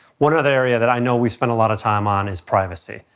one other area that i know we spent a lot of time on is privacy.